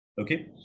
Okay